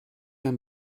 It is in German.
mehr